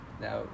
now